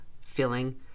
feeling